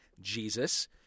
Jesus